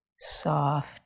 soft